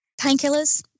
painkillers